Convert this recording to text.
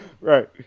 Right